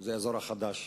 זה האזור החדש,